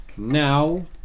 Now